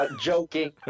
joking